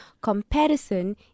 comparison